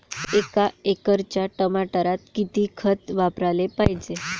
एका एकराच्या टमाटरात किती खत वापराले पायजे?